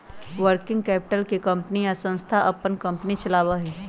working capital से company या संस्था अपन कंपनी चलावा हई